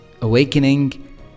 awakening